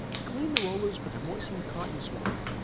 clean the rollers with a moistened cotton swab,